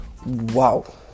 wow